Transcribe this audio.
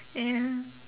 ya